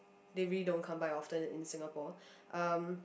they really don't come by often in Singapore um